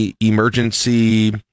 emergency